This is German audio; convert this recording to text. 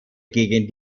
gegen